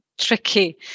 tricky